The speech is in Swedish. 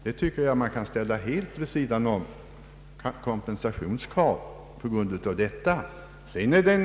Detta tycker jag att man skall ställa helt vid sidan om kompensationskravet.